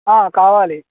కావాలి